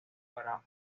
para